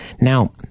Now